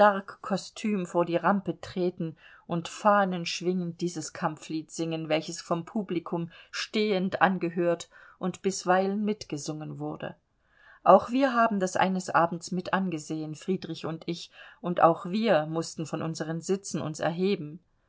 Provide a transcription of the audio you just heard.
vor die rampe treten und fahnenschwingend dieses kampflied singen welches vom publikum stehend angehört und bisweilen mitgesungen wurde auch wir haben das eines abends mit angesehen friedrich und ich und auch wir mußten von unseren sitzen uns erheben